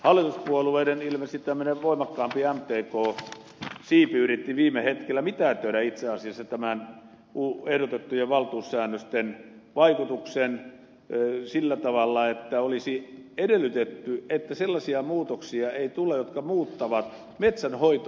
hallituspuolueiden tämmöinen ilmeisesti voimakkaampi mtk siipi yritti viime hetkellä mitätöidä itse asiassa ehdotettujen valtuussäännösten vaikutuksen sillä tavalla että olisi edellytetty että sellaisia muutoksia ei tule jotka muuttavat metsän hoitoa ja käyttöä